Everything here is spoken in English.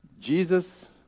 Jesus